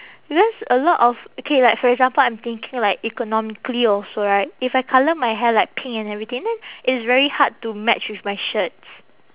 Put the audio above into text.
because a lot of okay like for example I'm thinking like economically also right if I colour my hair like pink and everything then it's very hard to match with my shirts